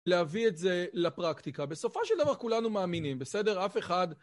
להביא את זה לפרקטיקה. בסופו של דבר כולנו מאמינים, בסדר? אף אחד...